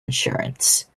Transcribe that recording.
insurance